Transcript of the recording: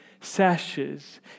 sashes